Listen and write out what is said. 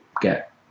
get